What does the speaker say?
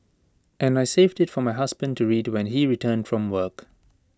and I saved IT for my husband to read when he returned from work